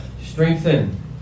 strengthen